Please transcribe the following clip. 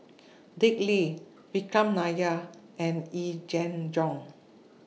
Dick Lee Vikram Nair and Yee Jenn Jong